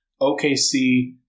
OKC